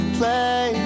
play